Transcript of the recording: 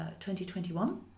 2021